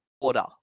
order